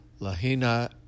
Lahina